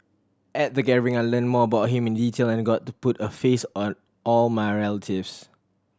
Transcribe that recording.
at the gathering I learnt more about him in detail and got to put a face a all my relatives